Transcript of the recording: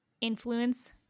influence